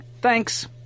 Thanks